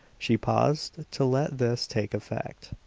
she paused to let this take effect.